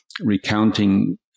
recounting